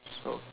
so